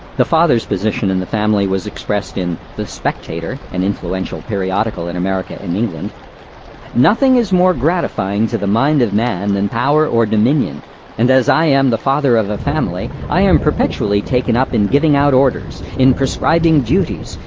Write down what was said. the father's position in the family was expressed in the spectator, an influential periodical in america and england nothing is more gratifying to the mind of man than power or dominion and. as i am the father of a family i am perpetually taken up in giving out orders, in prescribing duties,